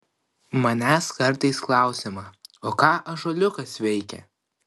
manęs kartais klausiama o ką ąžuoliukas veikia